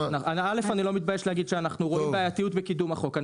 אני לא מתבייש להגיד שאנחנו רואים בעייתיות בקידום החוק.